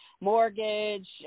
mortgage